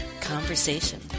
conversation